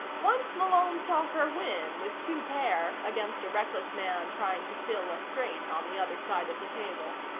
once malone saw her win with two pair against a reckless man trying to fill a straight on the other side of the table.